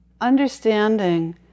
understanding